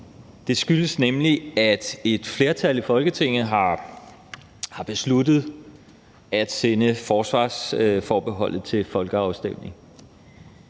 det skyldes, at et flertal i Folketinget har besluttet at sende forsvarsforbeholdet til folkeafstemning.